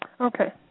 Okay